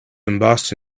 embossed